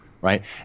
right